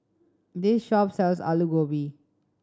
this shop sells Alu Gobi